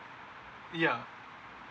yeah